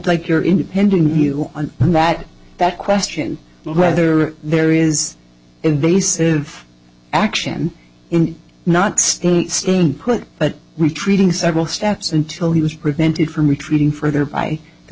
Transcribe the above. like your independent view on that that question whether there is invasive action in not staying put but retreating several steps until he was prevented from retreating further by the